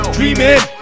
Dreaming